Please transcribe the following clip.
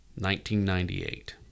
1998